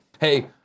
hey